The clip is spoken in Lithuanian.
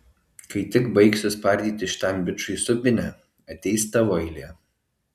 kai tik baigsiu spardyti šitam bičui subinę ateis tavo eilė